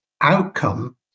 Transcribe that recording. outcome